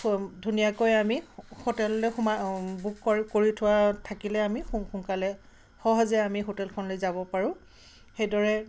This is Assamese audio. ধুনীয়াকৈ আমি হোটেললৈ সোমাই বুক কৰি কৰি থোৱা থাকিলে আমি সো সোনকালে সহজে আমি হোটেলখনলৈ যাব পাৰোঁ সেইদৰে